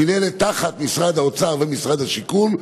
מינהלת תחת משרד האוצר ומשרד השיכון.